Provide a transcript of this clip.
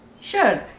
Sure